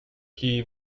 qui